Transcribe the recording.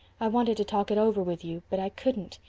i wanted to talk it over with you but i couldn't.